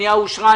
הפנייה אושרה,